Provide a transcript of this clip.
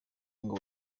ngo